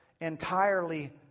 entirely